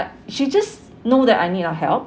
she just know that I need a help